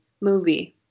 movie